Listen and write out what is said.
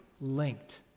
linked